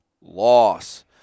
Loss